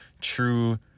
true